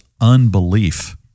unbelief